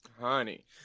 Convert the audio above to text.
Honey